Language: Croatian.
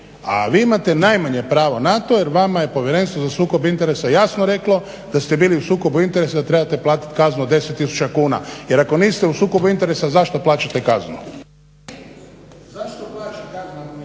a vi imate najmanje pravo na to jer vama je Povjerenstvo za sukob interesa jasno reklo da ste bili u sukobu interesa i da trebate platiti kaznu od 10 tisuća kuna. Jer ako niste u sukobu interesa zašto plaćate kaznu? **Zgrebec,